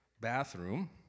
bathroom